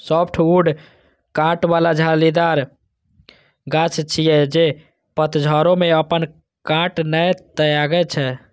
softwood कांट बला झाड़ीदार गाछ छियै, जे पतझड़ो मे अपन कांट नै त्यागै छै